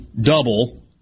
double